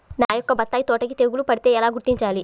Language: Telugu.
నా యొక్క బత్తాయి తోటకి తెగులు పడితే ఎలా గుర్తించాలి?